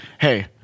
Hey